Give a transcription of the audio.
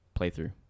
playthrough